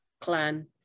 clan